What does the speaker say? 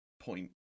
point